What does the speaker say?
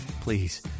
please